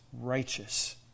righteous